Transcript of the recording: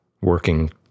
working